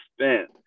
spent